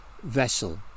vessel